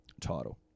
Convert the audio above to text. title